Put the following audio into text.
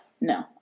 No